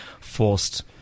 forced